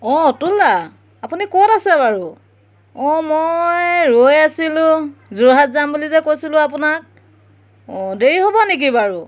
অঁ অতুল দা আপুনি ক'ত আছে বাৰু অঁ মই ৰৈ আছিলোঁ যোৰহাট যাম বুলি যে কৈছিলোঁ আপোনাক অঁ দেৰি হ'ব নেকি বাৰু